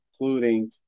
including